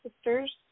sisters